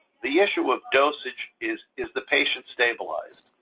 the issue of dosage is, is the patient stabilized?